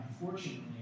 Unfortunately